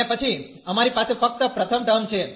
અને પછી અમારી પાસે ફક્ત પ્રથમ ટર્મ છે